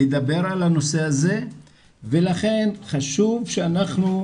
לדבר על הנושא הזה ולכן חשוב שאנחנו,